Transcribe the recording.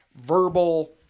verbal